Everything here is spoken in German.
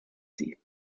sie